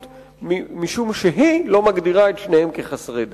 משום שהיא לא מגדירה את שניהם כחסרי דת,